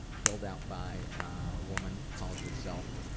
filled out by a woman calls herself!